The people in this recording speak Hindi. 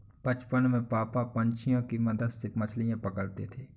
बचपन में पापा पंछियों के मदद से मछलियां पकड़ते थे